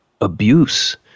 abuse